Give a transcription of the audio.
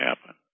happen